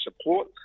support